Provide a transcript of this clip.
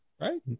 right